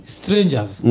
strangers